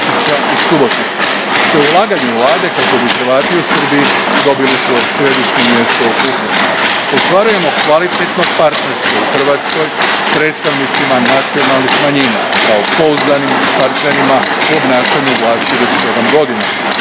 u Subotici, što je ulaganje Vlade kako bi Hrvati u Srbiji dobili svoje središnje mjesto okupljanja. Ostvarujemo kvalitetno partnerstvo u Hrvatskoj s predstavnicima nacionalnih manjina kao pouzdanim partnerima u obnašanju vlasti ovih sedam godina.